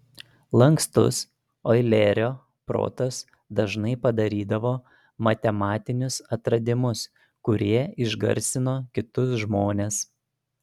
lankstus oilerio protas dažnai padarydavo matematinius atradimus kurie išgarsino kitus žmones